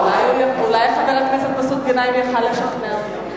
אולי חבר הכנסת מסעוד גנאים היה יכול לשכנע אותו.